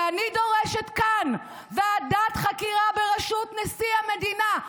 ואני דורשת כאן ועדת חקירה בראשות נשיא המדינה,